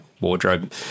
wardrobe